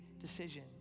decision